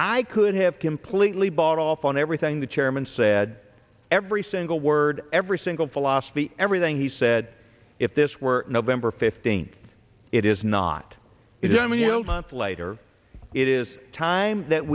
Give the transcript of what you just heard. i could have completely bought off on everything the chairman said every single word every single philosophy everything he said if this were november fifteenth it is not is their meals on flight or it is time that